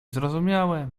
zrozumiałe